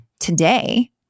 today